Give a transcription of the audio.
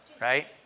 right